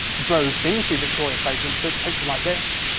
drove into victoria crater and took pictures like this,